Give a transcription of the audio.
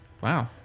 Wow